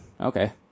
Okay